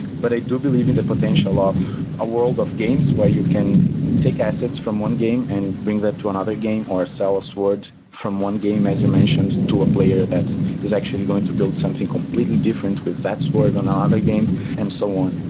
but i do believe in the potential of a world of games where you can take assets from one game and bring that to another game, or sell a sword from one game as you mentioned to a player that is actually going to build something completely different with that sword on ah another game and so on.